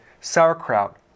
Sauerkraut